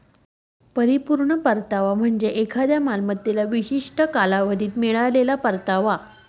परिपूर्ण परतावा म्हणजे एखाद्या मालमत्तेला विशिष्ट कालावधीत मिळालेला परतावा